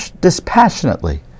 dispassionately